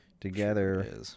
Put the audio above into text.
Together